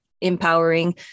empowering